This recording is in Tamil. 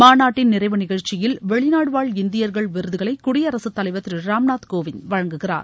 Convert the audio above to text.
மாநாட்டின் நிறைவு நிகழ்ச்சியில் வெளிநாடு வாழ் இந்தியர்கள் விருதுகளை குடியரசுத் தலைவர் திரு ராம்நாத் கோவிந்த் வழங்குகிறார்